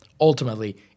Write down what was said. Ultimately